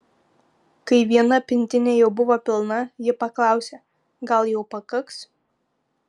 kai viena pintinė jau buvo pilna ji paklausė gal jau pakaks